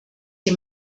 die